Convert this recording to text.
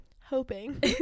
hoping